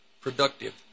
productive